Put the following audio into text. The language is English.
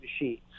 machines